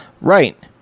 Right